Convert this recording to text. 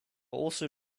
also